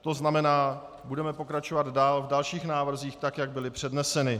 To znamená, budeme pokračovat v dalších návrzích tak, jak byly předneseny.